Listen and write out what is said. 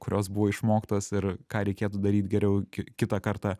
kurios buvo išmoktos ir ką reikėtų daryt geriau kitą kartą